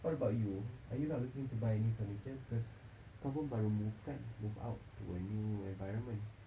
what about you are you not looking to buy any furniture cause kau pun baru move kan move out to a new environment